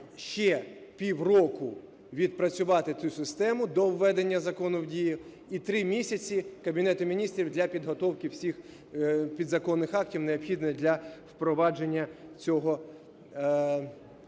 ще півроку відпрацювати цю систему до введення закону в дію. І три місяці Кабінету Міністрів для підготовки всіх підзаконних актів необхідних для впровадження цього акту.